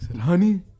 Honey